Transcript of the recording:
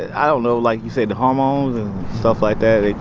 i don't know, like you say, the hormones and stuff like that, it,